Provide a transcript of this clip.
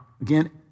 again